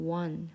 one